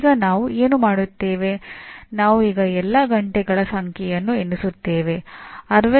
ಈಗ ನಾವು ಏನು ಮಾಡುತ್ತೇವೆ ನಾವು ಈಗ ಎಲ್ಲಾ ಗಂಟೆಗಳ ಸಂಖ್ಯೆಯನ್ನು ಎಣಿಸುತ್ತೇವೆ